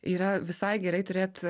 yra visai gerai turėt